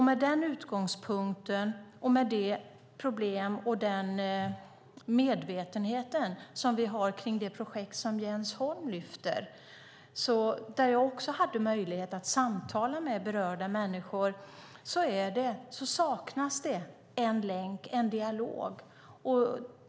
Med denna utgångspunkt och den medvetenhet vi har när det gäller det projekt som Jens Holm lyfter upp - jag hade också möjlighet att samtala med berörda människor - saknas det en länk, en dialog.